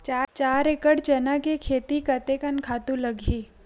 चार एकड़ चना के खेती कतेकन खातु लगही?